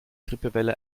grippewelle